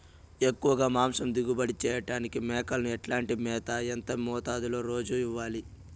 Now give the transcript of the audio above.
ఎక్కువగా మాంసం దిగుబడి చేయటానికి మేకలకు ఎట్లాంటి మేత, ఎంత మోతాదులో రోజు ఇవ్వాలి?